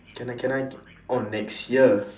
can I can I orh next year